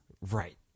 Right